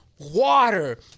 Water